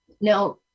Now